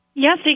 Yes